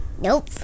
Nope